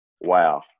Wow